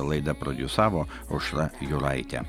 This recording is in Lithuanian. laidą prodiusavo aušra jūraitė